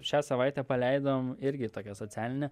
šią savaitę paleidom irgi tokią socialinę